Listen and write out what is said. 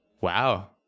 Wow